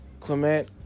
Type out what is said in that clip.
Clement